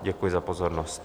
Děkuji za pozornost.